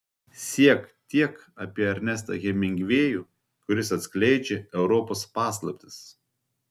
siek tiek apie ernestą hemingvėjų kuris atskleidžia europos paslaptis